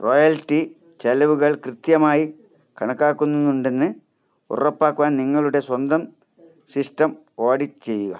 royalty ചെലവുകൾ കൃത്യമായി കണക്കാക്കുന്നുണ്ടെന്ന് ഉറപ്പാക്കാൻ നിങ്ങളുടെ സ്വന്തം സിസ്റ്റം ഓഡിറ്റ് ചെയ്യുക